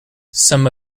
some